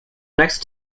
next